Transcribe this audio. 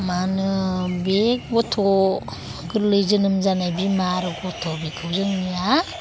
मा होनो बे गथ' गोरलै जोनोम जानाय बिमा आरो गथ' बिखौ जोंनिया